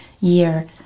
year